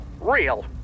Real